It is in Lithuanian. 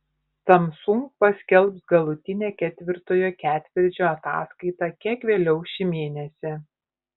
samsung paskelbs galutinę ketvirtojo ketvirčio ataskaitą kiek vėliau šį mėnesį